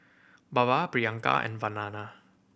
Baba Priyanka and Vandana